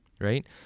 right